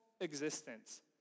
existence